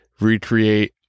recreate